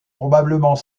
probablement